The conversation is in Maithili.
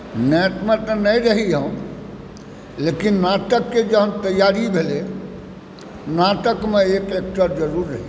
नैटमे तऽ नहि रही हम लेकिन नाटकके जहन तैआरी भेलै नाटकमे एक एक्टर जरूर रही